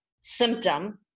symptom